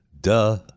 Duh